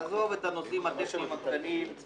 עזוב את הנושאים הטכניים הקטנים.